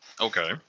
Okay